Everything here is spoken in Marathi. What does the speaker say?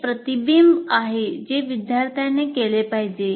एक प्रतिबिंब आहे जे विद्यार्थ्याने केले पाहिजे